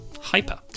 hyper